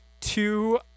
two